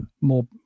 more